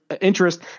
interest